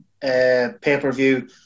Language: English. pay-per-view